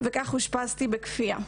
וכך אושפזתי בכפייה.